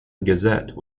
gazette